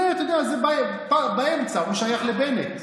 זה, אתה יודע, הוא באמצע, הוא שייך לבנט.